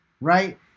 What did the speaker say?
right